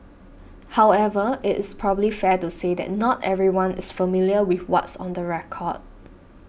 however is probably fair to say that not everyone is familiar with what's on the record